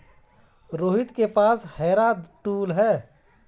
रोहित के पास harrow tool है